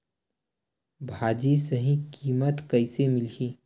भाजी सही कीमत कइसे मिलही?